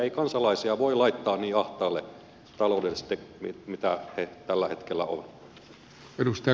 ei kansalaisia voi laittaa niin ahtaalle taloudellisesti kuin he tällä hetkellä ovat